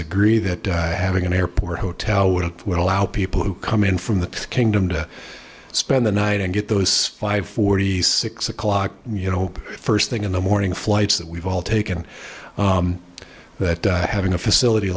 agree that having an airport hotel would allow people to come in from the kingdom to spend the night and get those five forty six o'clock you know first thing in the morning flights that we've all taken that having a facility